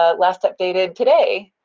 ah last updated today,